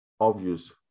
obvious